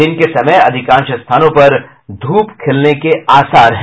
दिन के समय अधिकांश स्थानों पर धूप खिलने के आसार हैं